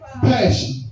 Passion